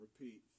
Repeat